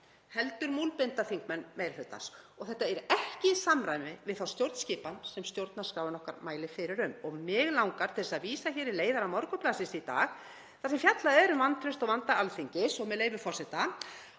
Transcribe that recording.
heldur múlbinda þingmenn meiri hlutans. Þetta er ekki í samræmi við þá stjórnskipan sem stjórnarskráin okkar mælir fyrir um. Mig langar til að vísa í leiðara Morgunblaðsins í dag þar sem fjallað er um vantraust og vanda Alþingis, með leyfi forseta: